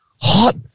Hot